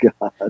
God